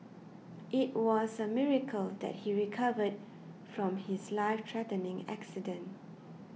it was a miracle that he recovered from his life threatening accident